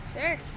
Sure